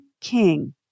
king